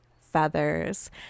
feathers